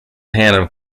tandem